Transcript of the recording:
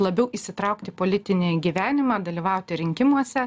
labiau įsitraukt į politinį gyvenimą dalyvauti rinkimuose